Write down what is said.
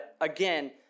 again